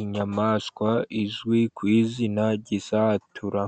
Inyamaswa izwi ku izina ry'isatura,